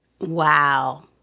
Wow